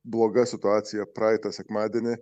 bloga situacija praeitą sekmadienį